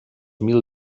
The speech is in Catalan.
mil